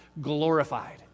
glorified